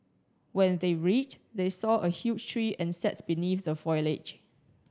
when they reached they saw a huge tree and sat beneath the foliage